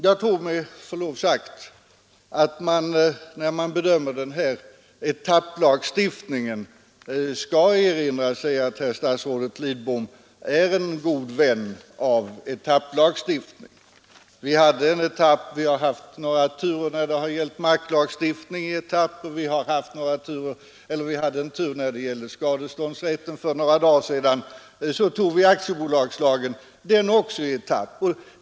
Jag tror därför med förlov sagt att man, när man bedömer den här etapplagstiftningen, skall erinra sig att herr statsrådet Lidbom är en god vän av etapplagstiftning. Vi har haft några turer när det har gällt marklagstiftning i etapper, vi hade en när det gällde skadeståndsrätten, och för några dagar sedan tog vi aktiebolagslagen — den också i en första etapp.